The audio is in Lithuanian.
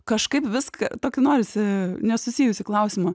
kažkaip viską tokį norisi nesusijusį klausimą